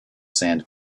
sand